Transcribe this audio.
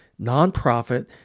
nonprofit